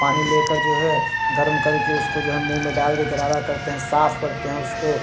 पानी लेकर जो है गर्म करके उसको जो है मुँह में डाल दे गरारा करते हैं साफ करते हैं उसको